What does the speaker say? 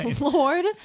Lord